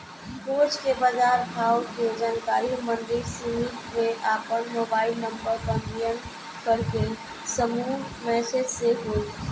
रोज के बाजार भाव के जानकारी मंडी समिति में आपन मोबाइल नंबर पंजीयन करके समूह मैसेज से होई?